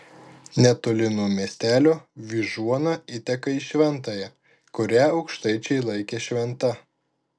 netoli nuo miestelio vyžuona įteka į šventąją kurią aukštaičiai laikė šventa